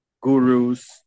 gurus